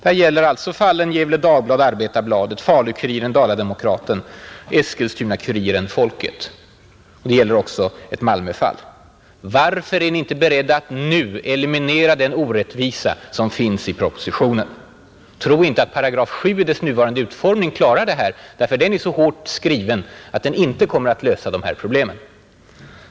Här gäller det alltså fallen Gefle Dagblad—Arbetarbladet, Falu-Kuriren—Dala-Demokraten, Eskilstuna-Kuriren— Folket. Det gäller också Malmö. Varför är ni inte beredda att nu eliminera den orättvisa som finns i propositionen? — Tro inte att § 7 i dess nuvarande utformning klarar det; den är så hårt skriven att den inte kommer att lösa de här problemen.